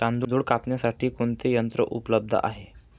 तांदूळ कापण्यासाठी कोणते यंत्र उपलब्ध आहे?